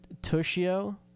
Tushio